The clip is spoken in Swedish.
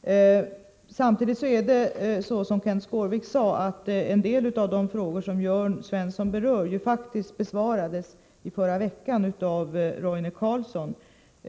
Det är som Kenth Skårvik sade, nämligen att en del av de frågor som Jörn Svensson berör faktiskt besvarades förra veckan av Roine Carlsson.